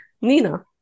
Nina